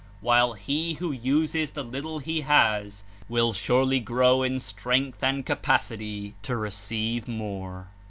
while he who uses the little he has will surely grow in strength and capacity to receive more.